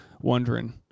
wondering